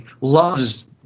loves